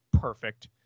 perfect